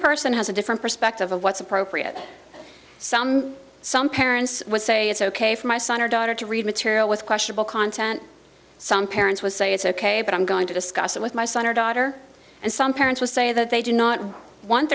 person has a different perspective of what's appropriate some some parents say it's ok for my son or daughter to read material with questionable content some parents would say it's ok but i'm going to discuss it with my son or daughter and some parents will say that they do not want